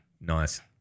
Nice